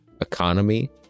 economy